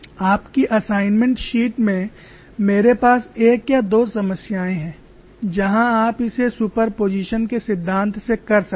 आपकी assignment sheet में मेरे पास एक या दो समस्याएं हैं जहां आप इसे सुपरपोजिशन के सिद्धांत से कर सकते हैं